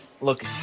Look